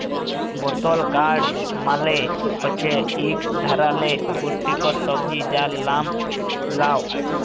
বতল গাড় মালে হছে ইক ধারালের পুস্টিকর সবজি যার লাম লাউ